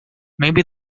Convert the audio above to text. maybe